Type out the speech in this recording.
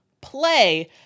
play